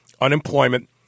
unemployment